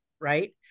right